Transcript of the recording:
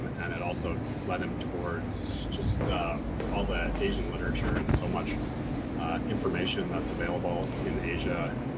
and and it also led him towards just all the asian literature and so much information that's available in asia,